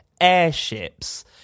airships